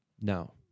No